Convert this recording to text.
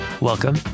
Welcome